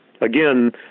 Again